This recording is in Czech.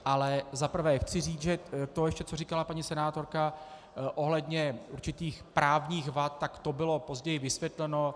Ale za prvé chci říci ještě to, co říkala paní senátorka ohledně určitých právních vad, tak to bylo později vysvětleno.